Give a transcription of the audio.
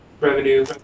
revenue